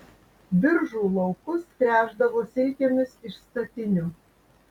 biržų laukus tręšdavo silkėmis iš statinių